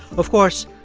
of course,